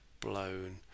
blown